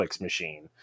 machine